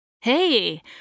Hey